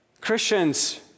Christians